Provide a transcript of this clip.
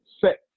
set